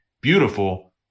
beautiful